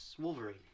Wolverine